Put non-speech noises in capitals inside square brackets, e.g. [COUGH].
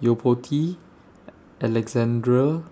Yo Po Tee [HESITATION] Alexandra